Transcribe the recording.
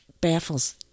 baffles